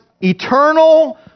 eternal